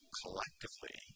collectively